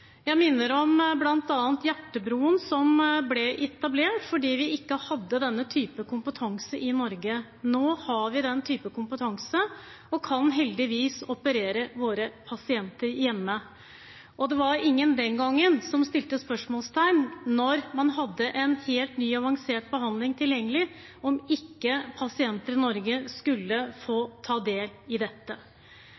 Jeg minner om bl.a. Hjertebroen, som ble etablert fordi vi ikke hadde denne type kompetanse i Norge. Nå har vi denne type kompetanse og kan heldigvis operere våre pasienter hjemme. Den gang var det ingen som stilte spørsmålstegn, da man hadde en helt ny avansert behandling tilgjengelig, ved om pasienter i Norge skulle få